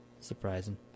Surprising